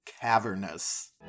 cavernous